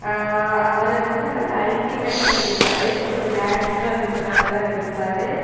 அவர் வந்து நல்லா அல்ட்டிமேட்டாக நடிப்பார் ஒரு நேச்சுரல் லுக்காட்டம் தான் நடிப்பார்